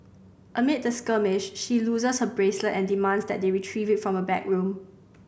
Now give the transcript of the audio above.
amid the skirmish she loses her bracelet and demands that they retrieve it from a backroom